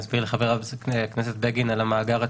יסביר לחבר הכנסת בגין על המאגר עצמו?